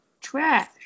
trash